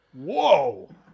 Whoa